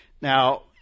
Now